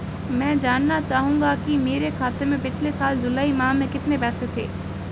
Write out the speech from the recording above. मैं जानना चाहूंगा कि मेरे खाते में पिछले साल जुलाई माह में कितने पैसे थे?